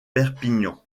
perpignan